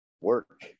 work